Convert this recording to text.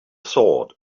sword